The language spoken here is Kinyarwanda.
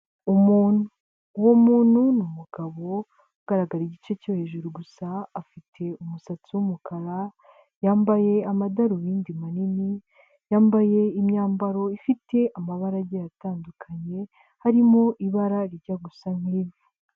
Umuntu. Uwo muntu ni umugabo ugaragara igice cyo hejuru gusa afite umusatsi w'umukara yambaye amadarubindi manini, yambaye imyambaro ifite amabara agiye atandukanye harimo ibara rijya gusa nk'ivu.